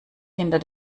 hinter